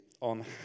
on